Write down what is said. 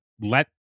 let